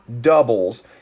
doubles